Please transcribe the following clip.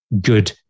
good